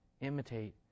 imitate